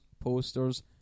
posters